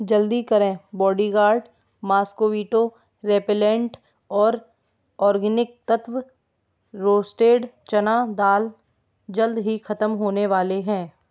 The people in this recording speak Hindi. जल्दी करें बॉडीगार्ड मास्कोवीटो रेपेलेंट और आर्गेनिक तत्त्व रोस्टेड चना दाल जल्द ही ख़त्म होने वाले हैं